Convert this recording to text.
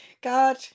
god